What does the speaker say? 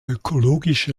ökologische